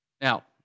Now